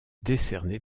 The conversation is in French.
décerné